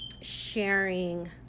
sharing